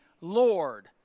Lord